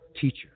teacher